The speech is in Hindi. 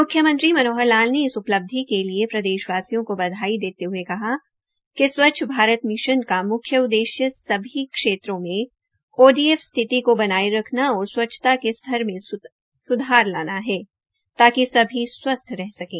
म्ख्यमंत्री मनोहर लाल ने इस उपलब्धि के लिए प्रदेशवासियों को बधाई देते हये कहा कि स्वच्छ भारत मिशन का म्ख्य उद्देश्य सभी क्षेत्रों में ओडीएफ स्थिति को बनाये रखना और स्वच्छता के स्तर में सुधार करना है ताकि सभी स्वस्थ रह सकें